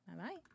Bye-bye